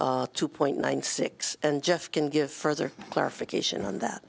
two point nine six and jeff can give further clarification on that